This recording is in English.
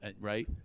Right